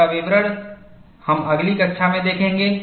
इसका विवरण हम अगली कक्षा में देखेंगे